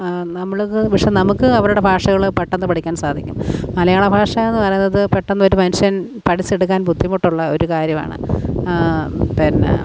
നമ്മൾക്ക് പക്ഷെ നമുക്ക് അവരുടെ ഭാഷകൾ പെട്ടെന്ന് പഠിക്കാൻ സാധിക്കും മലയാള ഭാഷയെന്ന് പറയുന്നത് പെട്ടെന്നൊരു മനുഷ്യൻ പഠിച്ചെടുക്കാൻ ബുദ്ധിമുട്ടുള്ള ഒരു കാര്യമാണ് പിന്നെ